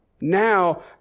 now